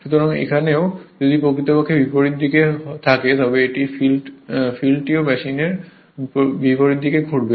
সুতরাং এখানেও যদি প্রকৃতপক্ষে বিপরীত দিকে থাকে তবে এই ফিল্ডেও মেশিনটি বিপরীত দিকে ঘুরবে